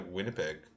Winnipeg